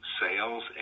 sales